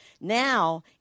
Now